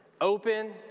open